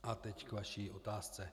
A teď k vaší otázce.